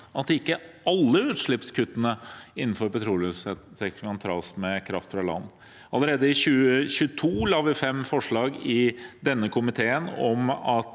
at ikke alle utslippskuttene i petroleumssektoren kan tas med kraft fra land. Allerede i 2022 la vi fram forslag i denne komiteen om at